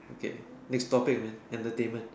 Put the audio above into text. okay next topic man entertainment